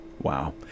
wow